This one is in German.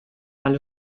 alle